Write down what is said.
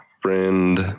friend